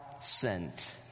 sent